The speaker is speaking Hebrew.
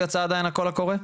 לא יצא עדיין הקול הקורא?